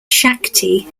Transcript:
shakti